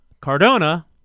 Cardona